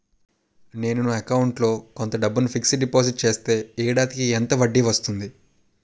నేను నా అకౌంట్ లో కొంత డబ్బును ఫిక్సడ్ డెపోసిట్ చేస్తే ఏడాదికి ఎంత వడ్డీ వస్తుంది?